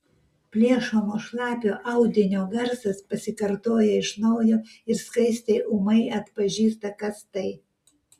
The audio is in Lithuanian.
plėšomo šlapio audinio garsas pasikartoja iš naujo ir skaistė ūmai atpažįsta kas tai